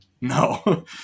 No